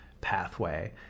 pathway